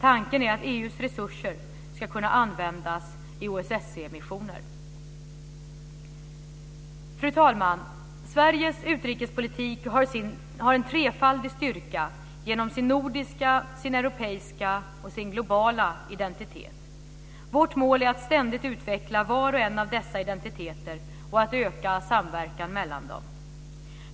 Tanken är att EU:s resurser ska kunna användas i OSSE-missioner. Fru talman! Sveriges utrikespolitik har en trefaldig styrka genom sin nordiska, sin europeiska och sin globala identitet. Vårt mål är att ständigt utveckla var och en av dessa identiteter och att öka samverkan mellan dem.